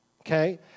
Okay